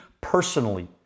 personally